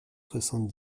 soixante